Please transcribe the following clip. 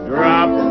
Drop